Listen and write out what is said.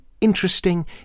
interesting